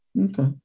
okay